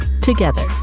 together